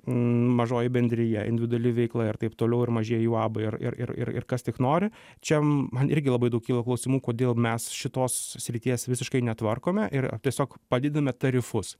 mažoji bendrija individuali veikla ir taip toliau ir mažieji uabai ir ir ir kas tik nori čia man irgi labai daug kyla klausimų kodėl mes šitos srities visiškai netvarkome ir tiesiog padidiname tarifus